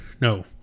no